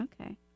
Okay